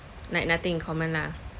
like nothing in common lah